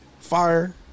Fire